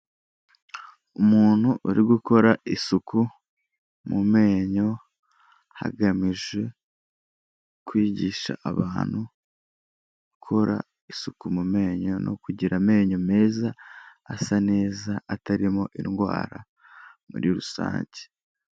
Umuntu uri gukora isuku mu menyo, hagamije kwigisha abantu gukora isuku mu menyo no kugira amenyo meza asa neza, atarimo indwara muri rusange.